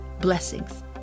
Blessings